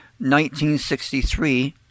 1963